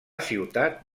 ciutat